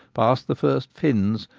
past the first fins,